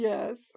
Yes